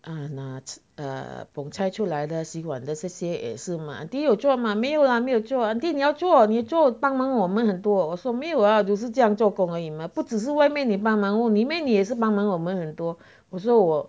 ah 那捧菜出来的洗碗的这些吗 auntie 有做吗没有啦没有做 auntie 你要做你做帮忙我们很多我说没有啊就是这样做工而已吗不只是外面你帮忙哦里面你也是帮忙我们很多我说我